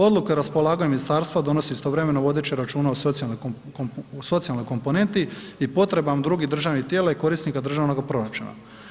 Odluka o raspolaganju ministarstvo donosi istovremeno vodeći računa o socijalnoj komponenti i potrebama drugih državnih tijela i korisnika državnoga proračuna.